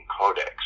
Codex